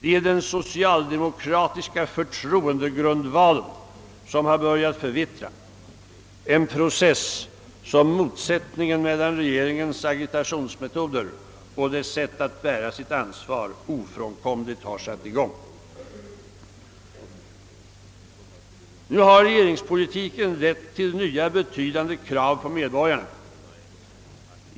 Det är den socialdemokratiska förtroendegrundvalen som har börjat förvittra, en process som motsättningen mellan regeringens agitationsmetoder och dess sätt att bära sitt ansvar ofrånkomligen har satt i gång. Nu har regeringspolitiken lett till nya betydande krav på medborgarna.